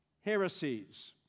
heresies